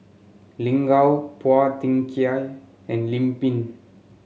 Lin Gao Phua Thin Kiay and Lim Pin